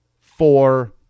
Four